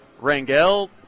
Rangel